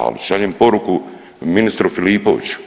A šaljem poruku ministru Filipoviću